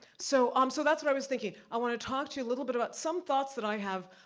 so um so that's what i was thinking. i wanna talk to you a little bit about, some thoughts that i have.